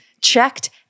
checked